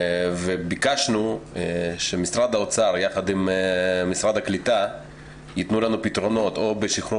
וביקשנו שמשרד האוצר יחד עם משרד הקליטה יתנו לנו פתרונות או בשחרור